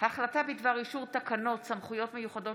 החלטה בדבר אישור תקנות סמכויות מיוחדות